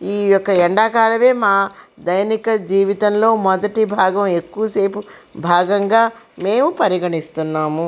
ఈ యొక్క ఎండాకాలమే మా ధైనిక జీవితంలో మొదటి భాగం ఎక్కువసేపు భాగంగా మేము పరిగణిస్తున్నాము